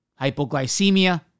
Hypoglycemia